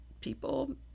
people